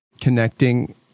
connecting